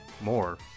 More